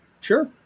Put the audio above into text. sure